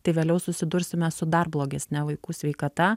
tai vėliau susidursime su dar blogesne vaikų sveikata